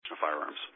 firearms